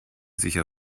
sicher